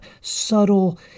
subtle